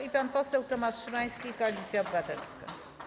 I pan poseł Tomasz Szymański, Koalicja Obywatelska.